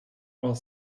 while